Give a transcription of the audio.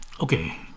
Okay